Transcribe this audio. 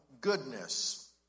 goodness